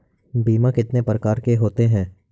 बीमा कितने प्रकार के होते हैं?